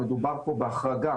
מדובר פה בהחרגה